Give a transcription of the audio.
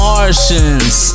Martians